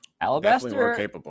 Alabaster